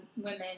women